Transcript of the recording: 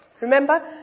Remember